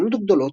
קטנות וגדולות,